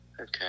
Okay